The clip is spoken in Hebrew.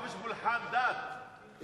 חופש פולחן דת,